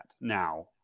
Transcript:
now